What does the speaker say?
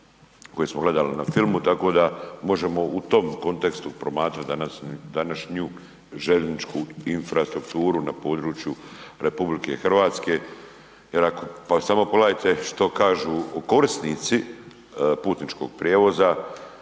koje smo gledali na filmu, tako da možemo u tom kontekstu promatrati današnju željezničku infrastrukturu na području RH. Samo pogledajte što kažu korisnici putničkog prijevoza,